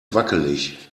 wackelig